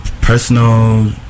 personal